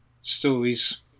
stories